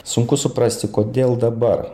sunku suprasti kodėl dabar